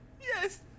Yes